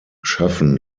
schaffen